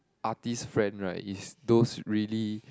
artist friend right is those really